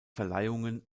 verleihungen